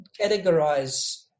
categorize